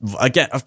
again